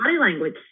language